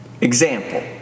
example